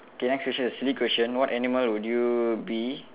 okay next question is silly question what animal would you be